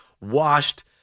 washed